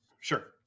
Sure